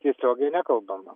tiesiogiai nekalbama